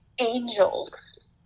angels